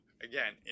again